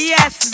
Yes